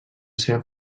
seva